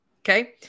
Okay